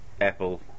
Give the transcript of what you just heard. Apple